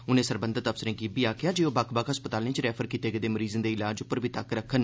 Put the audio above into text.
उनें सरबंघत अफसरें गी आखेआ जे ओह् बक्ख बक्ख अस्पतालें च रैफर कीते गेदे मरीजें दे इलाज उप्पर बी तक्क रक्खन